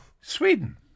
Sweden